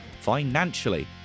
financially